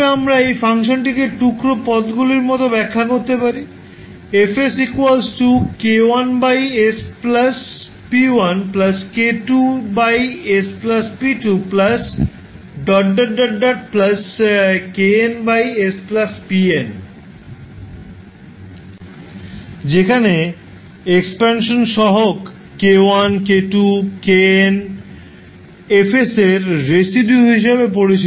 আমরা এই ফাংশনটিকে টুকরো পদগুলির মতো ব্যখ্যা করতে পারি 𝐹 𝑠 𝑘1 𝑠 𝑝1 𝑘2 𝑠 𝑝2 ⋯ kn 𝑠 𝑝𝑛 যেখানে এক্সপ্যান্সান সহগ k1 k2 kn Fএর রেসিডিউ হিসাবে পরিচিত